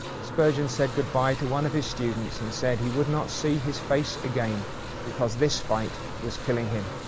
spurgeon said goodbye to one of his students, and said he would not see his face again because this fight was killing him.